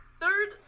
third